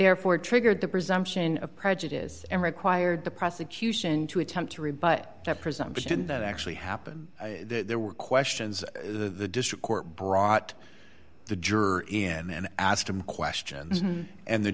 therefore triggered the presumption of prejudice and required the prosecution to attempt to rebut that presumption that actually happened there were questions the district court brought the juror in and asked them questions and the